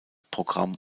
programm